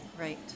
Right